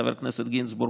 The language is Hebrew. חבר הכנסת גינזבורג,